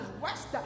west